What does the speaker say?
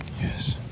Yes